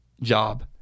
job